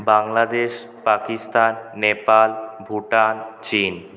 বাংলাদেশ পাকিস্তান নেপাল ভুটান চিন